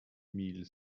mille